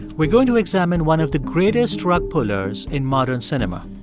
we're going to examine one of the greatest rug-pullers in modern cinema,